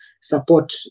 support